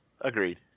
agreed